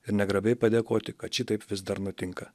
ir negrabiai padėkoti kad šitaip vis dar nutinka